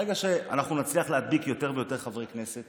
ברגע שנצליח להדביק יותר ויותר חברי כנסת